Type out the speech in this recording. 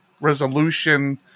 resolution